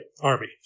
army